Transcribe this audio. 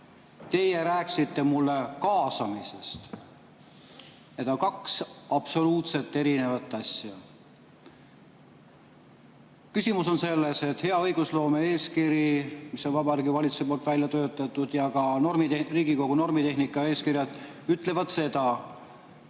Teie rääkisite mulle kaasamisest. Need on kaks absoluutselt erinevat asja. Küsimus on selles, et hea õigusloome eeskiri, mis on Vabariigi Valitsusel välja töötatud, ja Riigikogu normitehnika eeskiri ütlevad seda, et